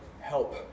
help